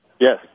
Yes